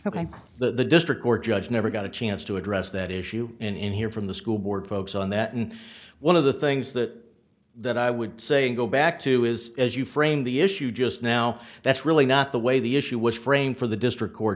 ok the district court judge never got a chance to address that issue in in here from the school board folks on that and one of the things that that i would say go back to is as you frame the issue just now that's really not the way the issue was framed for the district court